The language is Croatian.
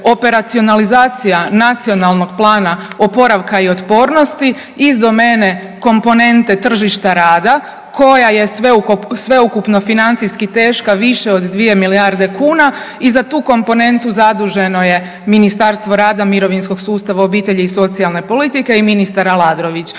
operacionalizacija Nacionalnog plana oporavka i otpornosti iz domene komponente tržišta rada koja je sveukupno financijski teška više od 2 milijarde kuna i za tu komponentu zaduženo je Ministarstvo rada, mirovinskog sustava, obitelji i socijalne politike i ministar Aladrović.